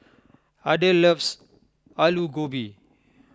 Adel loves Aloo Gobi